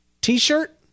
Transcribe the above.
T-shirt